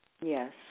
Yes